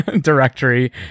directory